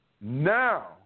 now